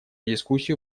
дискуссию